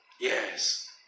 yes